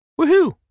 Woohoo